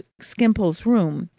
skimpole's room.